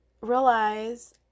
realize